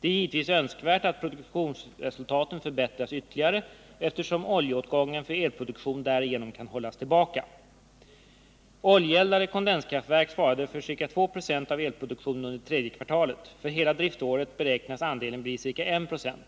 Det är Nr 39 givetvis önskvärt att produktionsresultaten förbättras ytterligare, eftersom oljeåtgången för elproduktion därigenom kan hållas tillbaka. Oljeeldade kondenskraftverk svarade för ca 2 96 av elproduktionen under tredje kvartalet. För hela driftåret beräknas andelen bli ca 1 96.